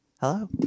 hello